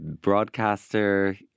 broadcaster